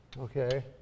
Okay